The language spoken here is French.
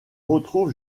retrouve